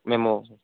మేము